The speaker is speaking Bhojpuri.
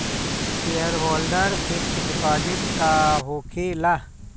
सेयरहोल्डर फिक्स डिपाँजिट का होखे ला?